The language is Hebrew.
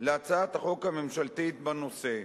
להצעת החוק הממשלתית בנושא.